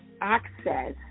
access